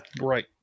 right